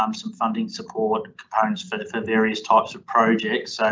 um some funding support parents for the, for various types of projects. so,